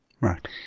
Right